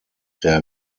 der